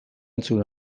entzun